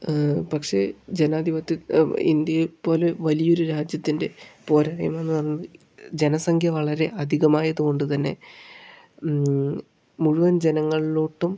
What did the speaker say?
പക്ഷെ ജനാധിപത്യ ഇന്ത്യയെ പോലെ വലിയൊരു രാജ്യത്തിൻ്റെ പോരായ്മ എന്ന് പറയുന്നത് ജനസംഖ്യ വളരെ അധികമായത് കൊണ്ട് തന്നെ മുഴുവൻ ജനങ്ങളിലോട്ടും